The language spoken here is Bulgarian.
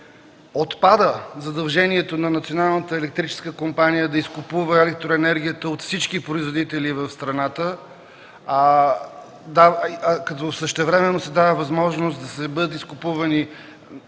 компания да изкупува електроенергията от всички производители в страната, като същевременно се дава възможност да бъдат изкупувани